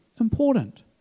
important